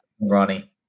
Ronnie